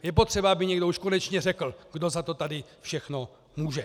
Je potřeba, aby někdo už konečně řekl, kdo za to tady všechno může.